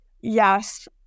yes